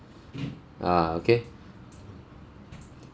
ah okay